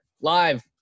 live